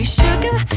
sugar